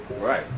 Right